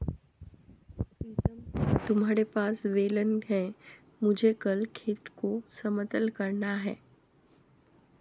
प्रीतम क्या तुम्हारे पास बेलन है मुझे कल खेत को समतल करना है?